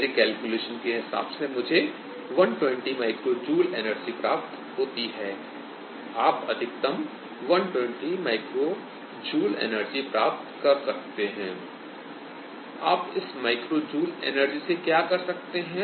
मेरे कैलकुलेशन के हिसाब से मुझे 120 माइक्रो जूल एनर्जी प्राप्त होती है I आप अधिकतम 120 माइक्रो जूल एनर्जी प्राप्त कर सकते हैं I स्लाइड में समय 5244 देखें आप इस माइक्रो जूल एनर्जी से क्या कर सकते हैं